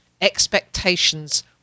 expectations